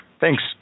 Thanks